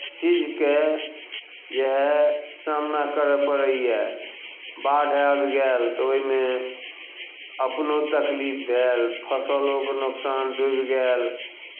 चीजके जे हइ सामना करय पड़ैए बाढ़ि आबि गेल तऽ ओहिमे अपनो तकलीफ भेल फसलोके नोकसान डूबि गेल